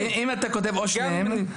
אם אתה כותב "או שניהם",